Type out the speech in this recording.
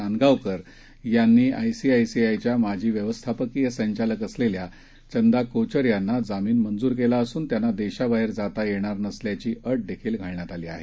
नादगावकर यांनी आयसीसीच्या माजी व्यवस्थापकीय संचालक असलेल्या चंदा कोचर यांना जामीन मंजूर केला असून त्यांना देशाबाहेर जाता येणार नसल्याची अट घालण्यात आली आहे